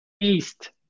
East